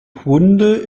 hunde